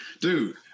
Dude